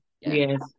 yes